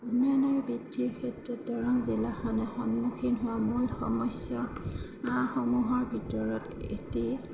উন্নয়ন আৰু বৃদ্ধিৰ ক্ষেত্ৰত দৰং জিলাখনে সন্মুখীন হোৱা মূল সমস্যা সমূহৰ ভিতৰত এটি